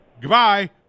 goodbye